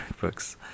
books